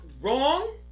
wrong